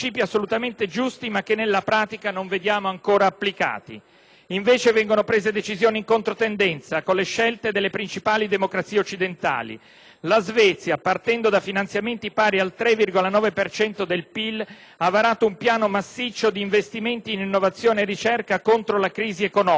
prese invece decisioni in controtendenza con le scelte delle principali democrazie occidentali. La Svezia, partendo da finanziamenti pari al 3,9 per cento del PIL, ha varato un piano massiccio di investimenti in innovazione e ricerca contro la crisi economica; lo stesso ha fatto la Francia, che ha raddoppiato gli investimenti.